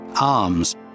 Arms